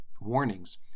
warnings